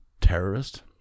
terrorist